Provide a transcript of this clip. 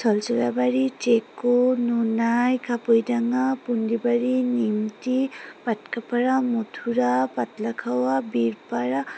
Chhalchhalabari Cheku Nonai Pundibari Nimti Patkapara Mathura Patlakhawa Birpara